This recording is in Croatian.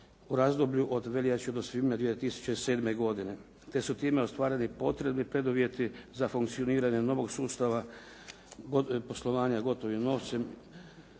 u razdoblju od veljače do svibnja 2007. godine te su time ostvareni potrebni preduvjeti za funkcioniranje novog sustava poslovanja gotovim novcem,